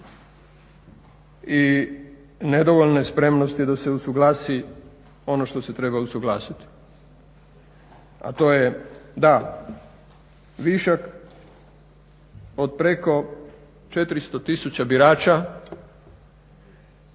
i nedovoljne spremnosti da se usuglasi ono što se treba usuglasiti, a to je da višak od preko 400 tisuća birača